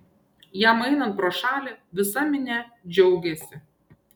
jam einant pro šalį visa minia džiaugėsi